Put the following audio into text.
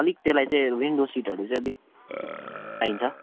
अलिक त्यसलाई चाहिँ विन्डो सिटहरू चाहिँ अलिक चाहिन्छ